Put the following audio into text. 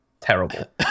terrible